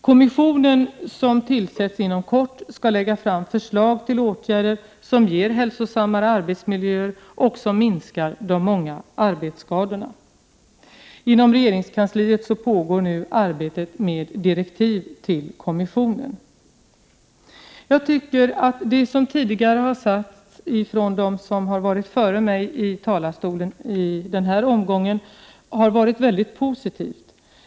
Kommissionen — som kommer att tillsättas inom kort — skall lägga fram förslag till åtgärder som ger hälsosammare arbetsmiljöer, och som minskar de många arbetsskadorna. Inom regeringskansliet pågår nu arbetet med direktiv till kommissionen. Det som har sagts från dem som har varit före mig i talarstolen i denna omgång har varit mycket positivt.